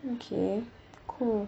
okay cool